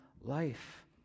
life